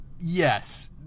yes